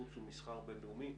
חוץ ומסחר בין-לאומי.